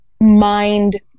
mind